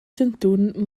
chantun